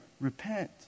Repent